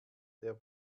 der